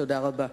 תודה רבה.